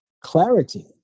clarity